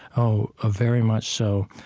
oh, ah very much so.